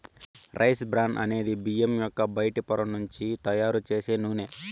rice bran అనేది బియ్యం యొక్క బయటి పొర నుంచి తయారు చేసే నూనె